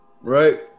Right